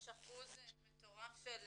יש אחוז מטורף של